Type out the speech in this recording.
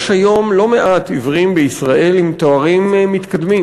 יש היום לא מעט עיוורים בישראל עם תארים מתקדמים,